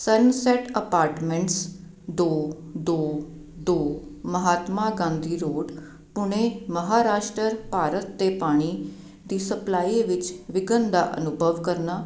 sunset apartments ਦੋ ਦੋ ਦੋ ਮਹਾਤਮਾ ਗਾਂਧੀ ਰੋਡ ਪੁਣੇ ਮਹਾਂਰਾਸ਼ਟਰ ਭਾਰਤ 'ਤੇ ਪਾਣੀ ਦੀ ਸਪਲਾਈ ਵਿੱਚ ਵਿਘਨ ਦਾ ਅਨੁਭਵ ਕਰਨਾ